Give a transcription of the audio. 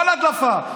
כל הדלפה.